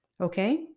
Okay